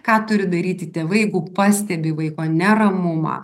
ką turi daryti tėvai jeigu pastebi vaiko neramumą